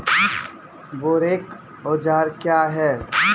बोरेक औजार क्या हैं?